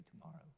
tomorrow